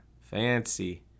Fancy